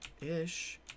ish